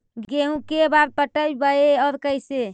गेहूं के बार पटैबए और कैसे?